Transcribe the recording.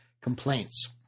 complaints